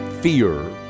fear